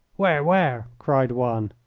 where, where? cried one.